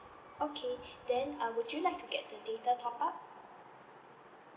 okay then uh would you like to get the data top up